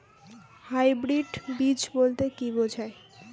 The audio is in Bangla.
হাইব্রিড বীজ বলতে কী বোঝায়?